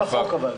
זה בחוק אבל.